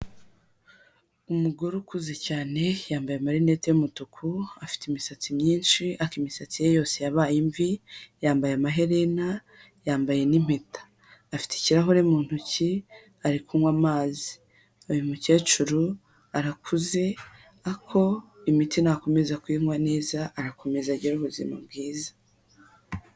Umugore ukuze cyane, yambaye amarinete y'umutuku, afite imisatsi myinshi ariko imisatsi ye yose yabaye imvi, yambaye amaherena, yambaye n'impeta, afite ikirahure mu ntoki, ari kunywa amazi, uyu mukecuru arakuze ariko imiti nakomeza kuyinywa neza arakomeza agire ubuzima bwiza.